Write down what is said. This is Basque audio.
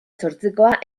zortzikoa